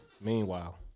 Meanwhile